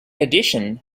addition